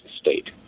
state